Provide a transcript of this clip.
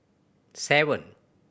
seven